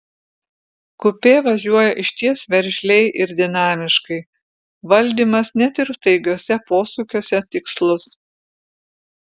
kupė važiuoja išties veržliai ir dinamiškai valdymas net ir staigiuose posūkiuose tikslus